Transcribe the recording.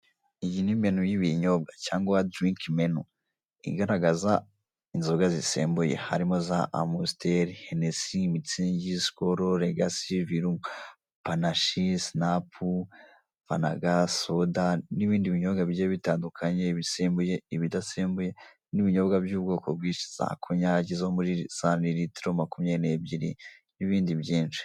Iyi ni menu y'ibinyobwa cyangwa diriki menu, igaragaza inzoga zisembuye harimo, za amositeri, henesi, mitsingi, sikoro, regasi, virunga, panashi, sinapu, panaga, soda, n'ibindi binyobwa bigiye bitandukanye, ibisembuye, ibidasembuye n'ibinyobwa by'ubwoko bwinshi, za konyage, zo muri samililitilo makumyabiri n'ebyiri n'ibindi byinshi.